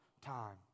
time